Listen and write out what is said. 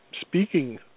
Speaking